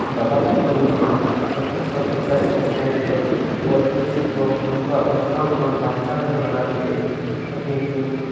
ᱵᱟᱵᱟ ᱛᱤᱞᱠᱟᱹ ᱢᱟᱺᱡᱷᱤ ᱥᱚᱛᱮᱨᱚᱥᱚ ᱯᱚᱸᱪᱟᱥ ᱢᱩᱪᱟᱹᱫ ᱨᱮ ᱟᱹᱫᱤᱵᱟᱹᱥᱤ ᱠᱚ ᱩᱱᱠᱩᱣᱟᱜ ᱠᱚᱪᱞᱚᱱ ᱠᱷᱚᱱ ᱵᱟᱧᱪᱟᱣ ᱫᱚᱦᱚ ᱞᱟᱹᱜᱤᱫᱼᱛᱮ ᱟᱹᱠᱤᱱ ᱠᱤᱱ